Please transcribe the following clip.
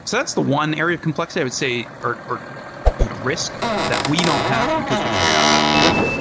that's the one area of complexity i would say, or or you know risk, that we don't have because we've figured out how to do that.